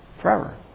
forever